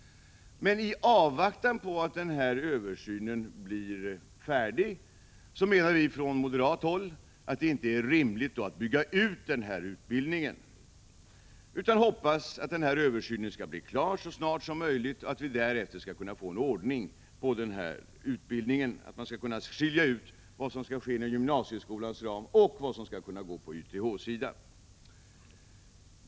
Men i avvaktan på att den blir färdig, menar vi från moderat håll att det inte är rimligt att bygga ut den yrkestekniska högskoleutbildningen. Vi hoppas att översynen skall bli klar så snart som möjligt och att vi därefter skall kunna få ordning på utbildningen och skilja ut vad som skall ske inom gymnasieskolans ram och vad som skall hänföras till YTH.